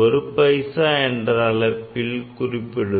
ஒரு பைசா என்ற அளவில் குறிப்பிடுகிறோம்